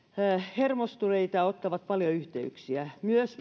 hermostuneita ja ottavat paljon yhteyksiä muistamme myös